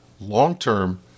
long-term